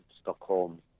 Stockholm